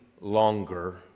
longer